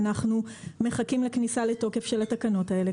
ואנחנו מחכים לכניסה לתוקף של התקנות האלה,